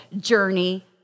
journey